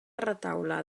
retaule